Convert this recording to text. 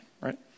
right